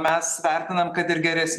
mes vertinam kad ir geresnių